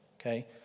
Okay